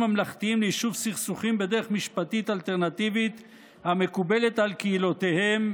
ממלכתיים ליישוב סכסוכים בדרך משפטית אלטרנטיבית המקובלת על קהילותיהם,